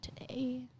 today